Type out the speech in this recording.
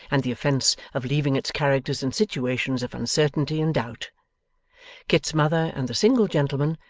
and the offence of leaving its characters in situations of uncertainty and doubt kit's mother and the single gentleman,